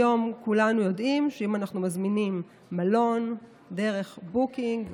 היום כולנו יודעים שאם אנחנו מזמינים מלון דרך Booking,